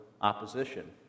opposition